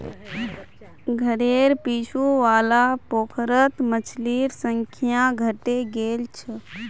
घरेर पीछू वाला पोखरत मछलिर संख्या घटे गेल छ